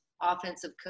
offensive